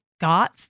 got